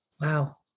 Wow